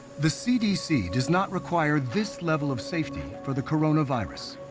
the cdc does not require this level of safety for the coronavirus.